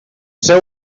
seu